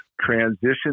transition